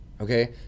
okay